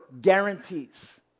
guarantees